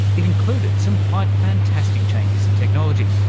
it included some quite fantastic changes in technology,